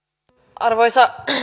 arvoisa